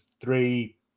three